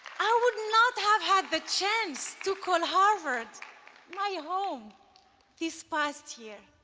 i would not have had the chance to call harvard my home this past year.